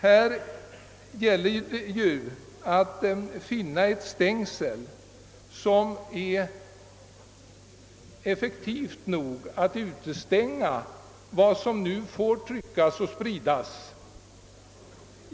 Det gäller härvidlag att finna ett stängsel som är effektivt nog för att från hemmen utestänga en del av vad som nu får tryckas och spridas.